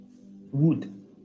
wood